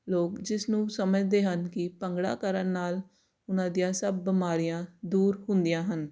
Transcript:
ਲੋਕ ਜਿਸ ਨੂੰ ਸਮਝਦੇ ਹਨ ਕਿ ਭੰਗੜਾ ਕਰਨ ਨਾਲ ਉਹਨਾਂ ਦੀਆਂ ਸਭ ਬਿਮਾਰੀਆਂ ਦੂਰ ਹੁੰਦੀਆਂ ਹਨ